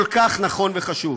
כל כך נכון וחשוב.